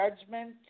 judgment